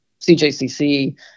CJCC